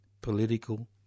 political